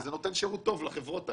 וגם זה נותן שירות טוב לחברות האלו.